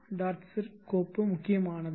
cir கோப்பு முக்கியமானது